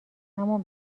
همان